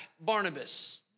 Barnabas